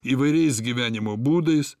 įvairiais gyvenimo būdais